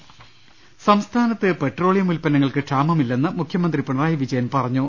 രദ്ദമ്പ്പെട്ടറ സംസ്ഥാനത്ത് പെട്രോളിയം ഉത്പന്നങ്ങൾക്ക് ക്ഷാമമില്ലെന്ന് മുഖ്യമന്ത്രി പിണറായി വിജയൻ പറഞ്ഞു